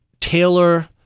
Taylor